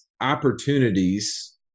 opportunities